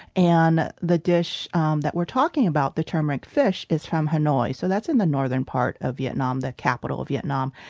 and the dish um that we're talking about, the turmeric fish, is from hanoi so that's in the northern part of vietnam, the capital of vietnam.